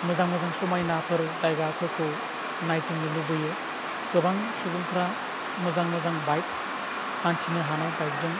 मोजां मोजां समायनाफोर जायगाफोरखौ नायदिंनो लुबैयो गोबां सुबुंफ्रा मोजां मोजां बाइक हान्थिनो हानाय बाइकजों